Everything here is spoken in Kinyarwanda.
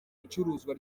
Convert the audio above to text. icuruzwa